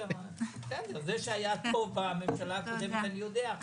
זה שהיה טוב בממשלה הקודמת אני יודע,